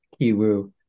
Kiwoo